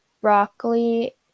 broccoli